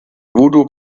voodoo